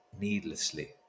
needlessly